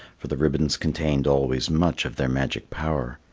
for the ribbons contained always much of their magic power.